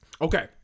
Okay